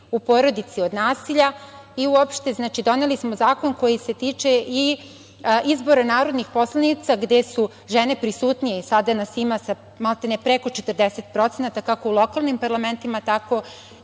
u porodici od nasilja i uopšte doneli smo zakon koji se tiče i izbora narodnih poslanika gde su žene prisutnije i sada nas ima maltene preko 40%, kako u lokalnim parlamentima, tako